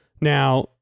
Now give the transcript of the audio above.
Now